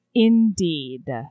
Indeed